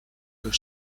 your